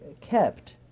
kept